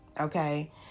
okay